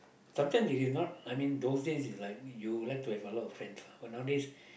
sometimes you did not I mean those days is like you like to have a lot of friends but nowadays